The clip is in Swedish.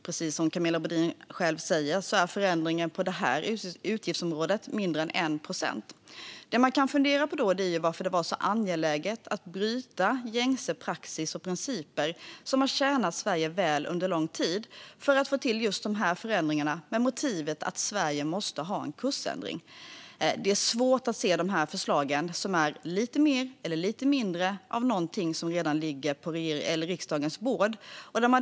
Precis som Camilla Brodin själv säger är förändringen på det här utgiftsområdet mindre än 1 procent. Vad man kan fundera över då är varför det var så angeläget att bryta gängse praxis och principer, som har tjänat Sverige väl under lång tid, för att få till just de här förändringarna med motivet att Sverige måste ha en kursändring. Det är svårt att inte se att de här förslagen är lite mer eller lite mindre av någonting som redan ligger på riksdagens bord.